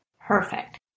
Perfect